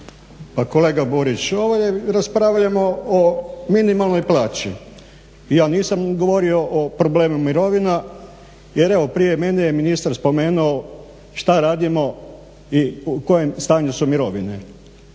kolega Burić ovdje raspravljamo o minimalnoj plaći i ja nisam govorio o problemima mirovina jer evo prije mene je ministar spomenuo šta radimo i u kojem stanju su mirovine.